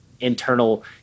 internal